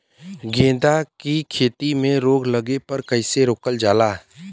गेंदा की खेती में रोग लगने पर कैसे रोकल जाला?